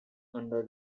under